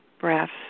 breaths